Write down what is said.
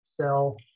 sell